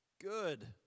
good